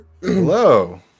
hello